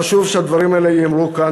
חשוב שהדברים האלה ייאמרו כאן,